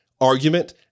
argument